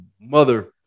mother